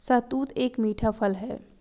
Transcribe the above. शहतूत एक मीठा फल है